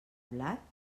blat